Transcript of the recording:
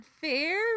fair